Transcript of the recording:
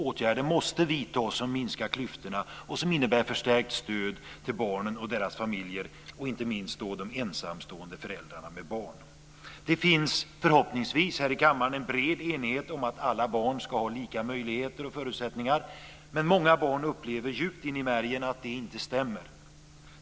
Åtgärder måste vidtas som minskar klyftorna och som innebär förstärkt stöd till barnen och deras familjer - inte minst till de ensamstående föräldrarna med barn. Det finns förhoppningsvis här i kammaren en bred enighet om att alla barn ska ha lika möjligheter och förutsättningar, men många barn upplever djupt in i märgen att det inte stämmer.